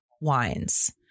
wines